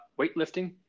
weightlifting